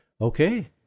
Okay